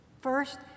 First